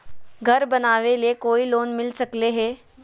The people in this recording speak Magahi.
घर बनावे ले कोई लोनमिल सकले है?